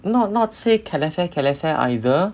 not not say calefare calefare either